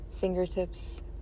fingertips